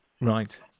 right